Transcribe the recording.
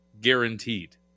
guaranteed